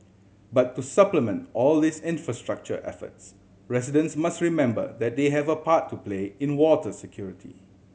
but to supplement all these infrastructure efforts residents must remember that they have a part to play in water security